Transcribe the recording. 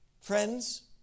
Friends